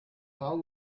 how